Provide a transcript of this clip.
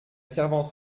servante